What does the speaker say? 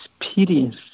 experience